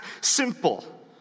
simple